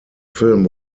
film